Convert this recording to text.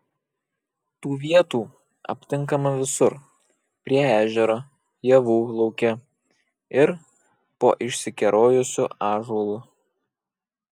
tų vietų aptinkama visur prie ežero javų lauke ir po išsikerojusiu ąžuolu